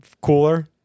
cooler